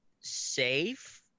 safe